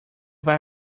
vai